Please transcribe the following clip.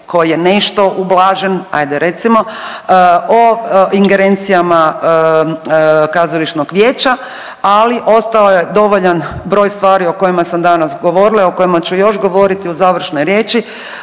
koji je nešto ublažen, ajde recimo, o ingerencijama kazališnog vijeća, ali ostao je dovoljan broj stvari o kojima sam danas govorila i o kojima ću još govoriti u završnoj riječi